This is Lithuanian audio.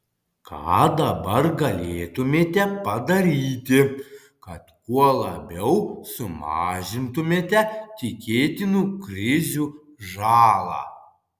ką dabar galėtumėte padaryti kad kuo labiau sumažintumėte tikėtinų krizių žalą